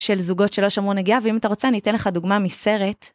של זוגות שלא שמרו נגיעה, ואם אתה רוצה אני אתן לך דוגמה מסרט.